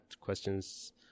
questions